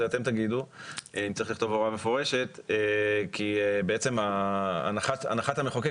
אתם תגידו אם צריך לכתוב הוראה מפורשת - כי הנחת המחוקק